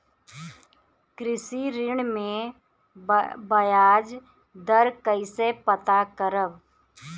कृषि ऋण में बयाज दर कइसे पता करब?